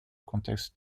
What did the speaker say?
contexte